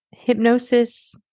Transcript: hypnosis